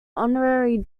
honorary